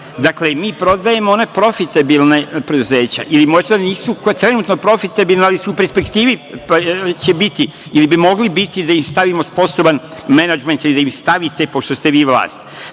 mi prodajemo ona profitabilna preduzeća ili možda nisu trenutno profitabilna, ali su u perspektivi će biti ili bi mogli biti da im stavimo sposoban menadžment ili da im stavite pošto ste vi vlast.